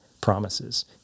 promises